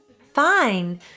Fine